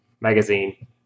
Magazine